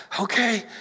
Okay